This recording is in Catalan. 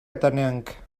atenenc